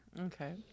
Okay